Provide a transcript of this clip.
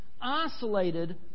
isolated